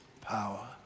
power